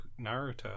Naruto